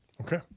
Okay